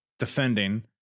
defending